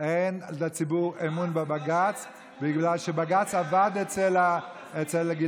אין לציבור אמון בבג"ץ בגלל שבג"ץ עבד אצל גלעד